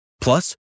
Plus